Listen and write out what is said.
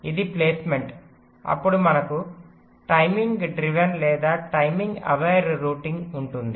కాబట్టి ఇది ప్లేస్మెంట్ అప్పుడు మనకు టైమింగ్ డ్రివెన్ లేదా టైమింగ్ అవేర్ రూటింగ్ ఉంటుంది